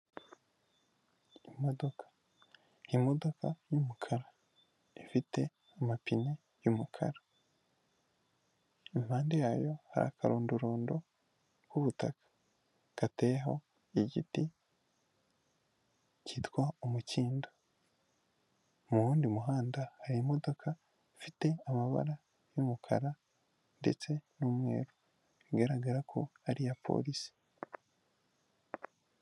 Imodoka y'umukara ifite amapine y'umukara, impande yayo hari akarondorondo k'ubutaka gateyeho igiti kitwa umukindo mu wundi muhanda hari imodoka ifite amabara y'umukara ndetse n'umweru bigaragara ko ari iya polisi.